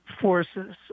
forces